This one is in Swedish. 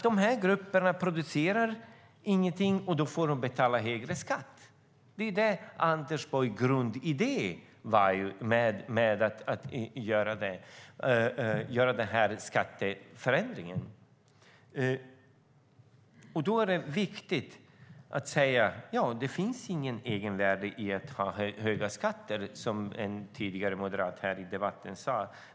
Dessa grupper producerar ingenting, och då får de betala högre skatt. Det är Anders Borgs grundidé med skatteändringen. Det är viktigt att säga att det inte finns något egenvärde i att ha höga skatter, som en moderat ledamot sade tidigare i debatten.